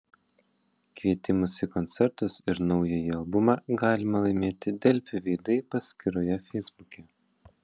kvietimus į koncertus ir naująjį albumą galima laimėti delfi veidai paskyroje feisbuke